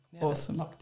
Awesome